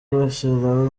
bashyiraho